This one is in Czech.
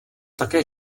také